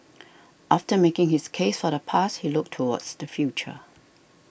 after making his case for the past he looked towards the future